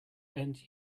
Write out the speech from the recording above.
end